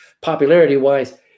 popularity-wise